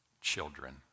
children